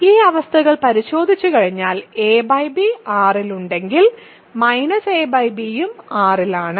ഈ അവസ്ഥകൾ പരിശോധിച്ചുകഴിഞ്ഞാൽ ab R ൽ ഉണ്ടെങ്കിൽ ab ഉം R ൽ ആണ്